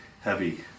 heavy